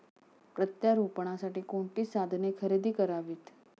प्रत्यारोपणासाठी कोणती साधने खरेदी करावीत?